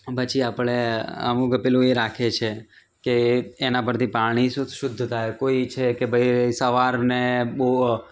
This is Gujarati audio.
પછી આપળે અમુક પેલું એ રાખે છે કે એનાં પરથી પાણી શુ શુદ્ધ થાય કોઈ ઈચ્છે કે ભાઈ સવારને બહુ